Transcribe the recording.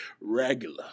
Regular